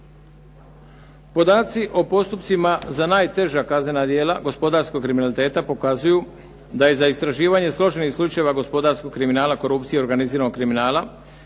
Podaci o postupcima za najteža kaznena djela gospodarskog kriminaliteta pokazuju da je za istraživanje složenih slučajeva gospodarskog kriminala, korupcije i organiziranog kriminala